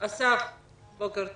אסף, בוקר טוב.